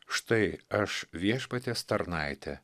štai aš viešpaties tarnaitė